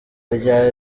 rya